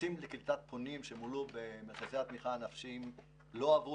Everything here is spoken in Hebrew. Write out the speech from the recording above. טפסים לקליטת פונים שמולאו במת"נים לא הועברו